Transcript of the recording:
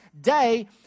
day